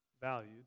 value